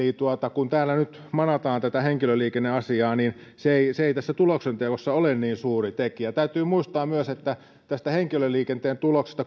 kun täällä nyt manataan tätä henkilöliikenneasiaa niin se ei se ei tässä tuloksen teossa ole niin suuri tekijä täytyy muistaa myös että tässä henkilöliikenteen tuloksessa